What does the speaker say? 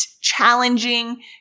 Challenging